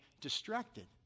distracted